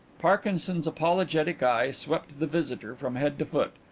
parkinson's apologetic eye swept the visitor from head to foot,